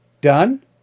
Done